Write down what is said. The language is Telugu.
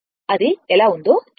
అది ఎలా ఉందో చూడండి